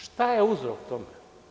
Šta je uzrok toga?